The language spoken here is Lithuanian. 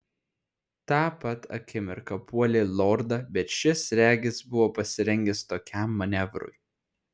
tą pat akimirką puolė lordą bet šis regis buvo pasirengęs tokiam manevrui